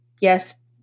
Yes